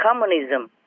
communism